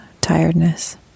tiredness